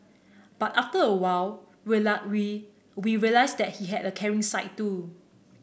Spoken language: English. but after a while we we realised that he had a caring side too